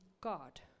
God